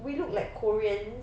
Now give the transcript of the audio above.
we look like koreans